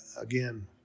again